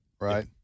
right